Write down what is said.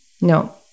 no